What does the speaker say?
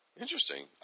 Interesting